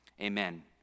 Amen